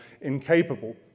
incapable